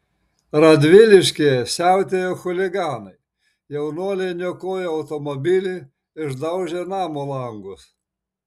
radviliškyje siautėjo chuliganai jaunuoliai niokojo automobilį išdaužė namo langus